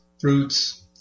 fruits